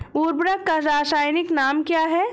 उर्वरक का रासायनिक नाम क्या है?